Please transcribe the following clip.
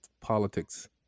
politics